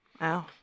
Wow